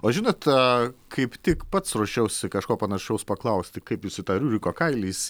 o žinot kaip tik pats ruošiausi kažko panašaus paklausti kaip jūs į tą riuriko kailį įsi